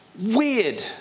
weird